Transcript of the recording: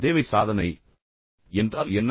தேவை சாதனை என்றால் என்ன